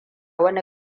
wani